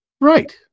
Right